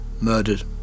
murdered